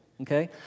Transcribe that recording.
okay